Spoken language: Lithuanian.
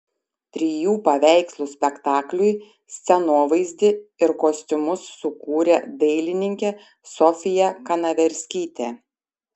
trijų paveikslų spektakliui scenovaizdį ir kostiumus sukūrė dailininkė sofija kanaverskytė